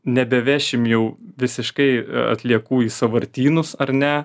nebevešim jau visiškai atliekų į sąvartynus ar ne